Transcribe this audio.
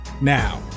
Now